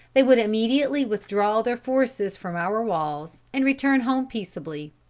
they would immediately withdraw their forces from our walls, and return home peaceably.